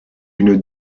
une